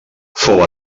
fou